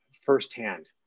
firsthand